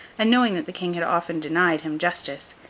and knowing that the king had often denied him justice,